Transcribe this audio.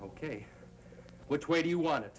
ok which way do you want it